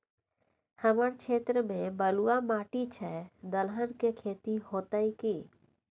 हमर क्षेत्र में बलुआ माटी छै, दलहन के खेती होतै कि?